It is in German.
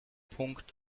punkt